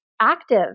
active